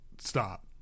stop